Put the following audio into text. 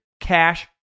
Cash